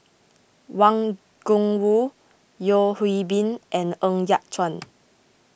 Wang Gungwu Yeo Hwee Bin and Ng Yat Chuan